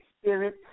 spirit